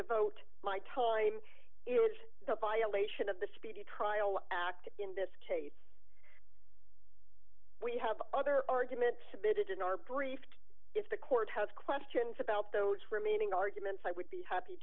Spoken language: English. devote my time is the violation of the speedy trial act in this case we have other arguments submitted in our briefed if the court has questions about those remaining arguments i would be happy